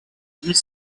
huit